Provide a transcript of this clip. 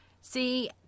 See